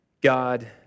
God